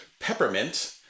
peppermint